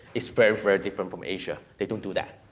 it's very, very different from asia. they don't do that.